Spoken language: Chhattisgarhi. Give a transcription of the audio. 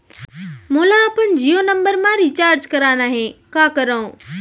मोला अपन जियो नंबर म रिचार्ज करवाना हे, का करव?